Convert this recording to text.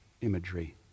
imagery